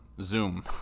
Zoom